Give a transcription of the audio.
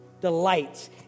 Delights